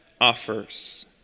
offers